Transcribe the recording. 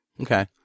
Okay